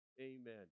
Amen